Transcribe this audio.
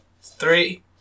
three